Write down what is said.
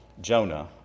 Jonah